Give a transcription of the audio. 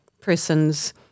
person's